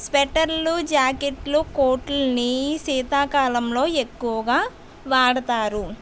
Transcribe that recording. స్వెటర్లు జాకెట్లు కోట్ లని శీతాకాలంలో ఎక్కువగా వాడుతారు